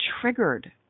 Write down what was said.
triggered